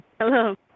Hello